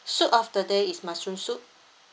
soup of the day is mushroom soup